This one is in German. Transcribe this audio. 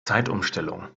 zeitumstellung